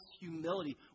humility